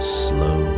slow